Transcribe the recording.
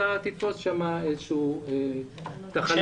אתה תתפוס שם איזשהו משהו.